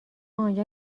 آنجا